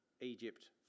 egypt